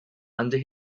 under